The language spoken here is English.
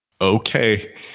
Okay